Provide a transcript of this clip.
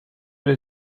elle